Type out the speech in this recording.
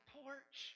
porch